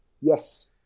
Yes